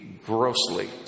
grossly